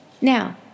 Now